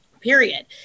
period